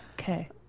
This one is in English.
Okay